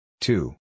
two